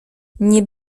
nie